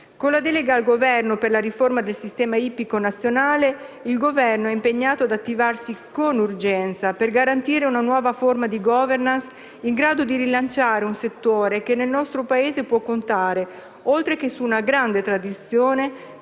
Con la delega al Governo per la riforma del sistema ippico nazionale, l'Esecutivo è impegnato ad attivarsi con urgenza per garantire una nuova forma di *governance* in grado di rilanciare un settore che nel nostro Paese può contare, oltre che su una grande tradizione,